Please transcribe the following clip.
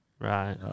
Right